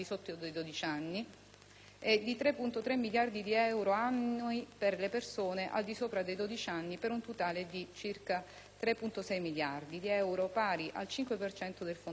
di 3,3 miliardi di euro annui per le persone al di sopra dei 12 anni per un totale di circa 3,6 miliardi di euro, pari al 5 per cento del fondo sanitario nazionale.